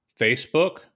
Facebook